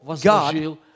God